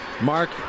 Mark